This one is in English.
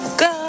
go